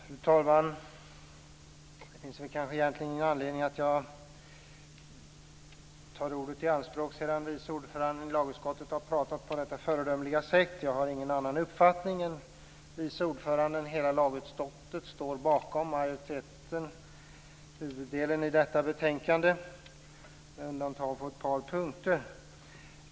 Fru talman! Det finns kanske egentligen inte någon anledning för mig att ta ordet i anspråk sedan vice ordföranden i lagutskottet har talat på ett så föredömligt sätt. Jag har ingen annan uppfattning än vice ordföranden. Hela lagutskottet står bakom majoriteten i huvuddelen av detta betänkande med undantag av ett par punkter.